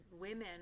women